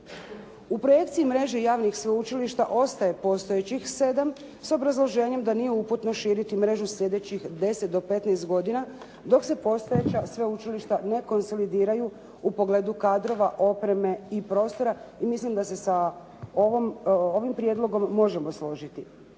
U projekciji mreže javnih sveučilišta ostaje postojećih 7 sa obrazloženjem da nije uputno širiti mrežu sljedećih 10 do 15 godina dok se postojeća sveučilišta ne konsolidiraju u pogledu kadrova, opreme i prostora i mislim da se sa ovim prijedlogom možemo složiti.